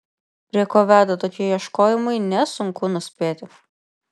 prie ko veda tokie ieškojimai nesunku nuspėti